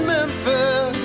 Memphis